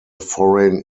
foreign